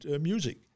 music